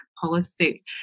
policy